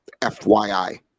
FYI